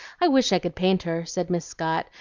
i wish i could paint her, said miss scott,